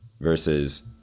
versus